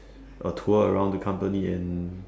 a tour around the company and